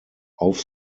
auf